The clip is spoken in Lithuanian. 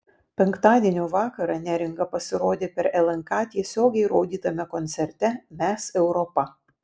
penktadienio vakarą neringa pasirodė per lnk tiesiogiai rodytame koncerte mes europa